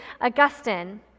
Augustine